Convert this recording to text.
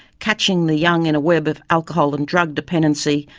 catching the young in a web of alcohol and drug dependency,